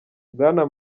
bwana